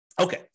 Okay